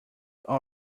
all